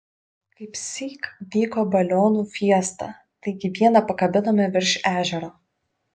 kaipsyk vyko balionų fiesta taigi vieną pakabinome virš ežero